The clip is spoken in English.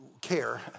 care